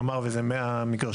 נאמר וזה 100 מגרשים,